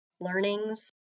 learnings